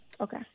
Okay